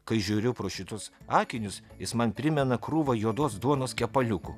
kai žiūriu pro šitus akinius jis man primena krūvą juodos duonos kepaliukų